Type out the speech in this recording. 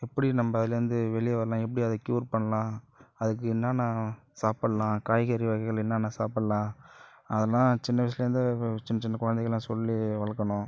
எப்படி நம்ப அதுலேருந்து வெளியே வரலாம் எப்படி அதை க்யூர் பண்ணலாம் அதுக்கு என்னென்ன சாப்பிட்லாம் காய்கறி வகைகள் என்னன்ன சாப்பிட்லாம் அதெல்லாம் சின்ன வயசுலேருந்தே சின் சின்ன குழந்தைக்குலாம் சொல்லி வளர்க்கணும்